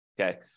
okay